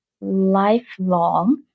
lifelong